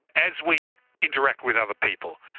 as we interact with other people,